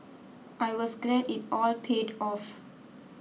I was glad it all paid off